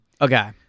Okay